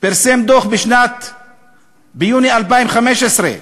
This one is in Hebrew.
פרסם דוח ביוני 2015,